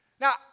Now